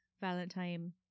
Valentine